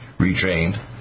retrained